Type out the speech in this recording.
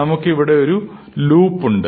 നമുക്ക് ഇവിടെ ഒരു ലൂപ്പ് ഉണ്ട്